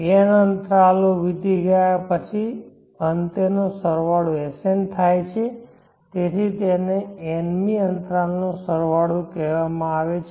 N અંતરાલો વીતી ગયા પછી અંતેનો સરવાળો Sn થાય છે તેથી તેને n મી અંતરાલનો સરવાળો કહેવામાં આવે છે